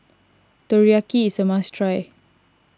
Teriyaki is a must try